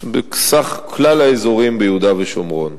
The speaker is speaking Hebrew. בסך כלל האזורים ביהודה ושומרון.